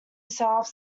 south